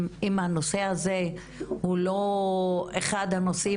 הנושא הזה הוא כנראה אחד הנושאים